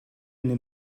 nimm